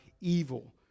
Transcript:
evil